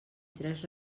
tres